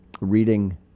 reading